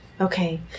Okay